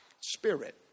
spirit